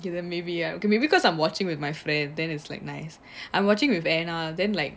then maybe ya because maybe I'm watching with my friend then is like nice I'm watching with anna then like